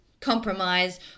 compromise